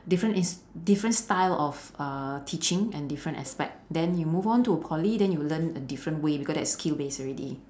different is different style of uh teaching and different aspect then you move on to a poly then you will learn a different way because that is skill based already